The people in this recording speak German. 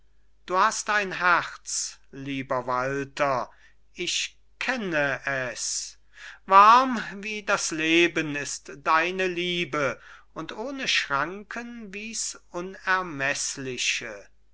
du hast ein herz lieber walter ich kenne es warm wie das leben ist deine liebe und ohne schranken wie